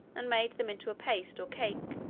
and made them into a paste or cake,